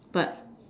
but